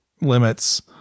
limits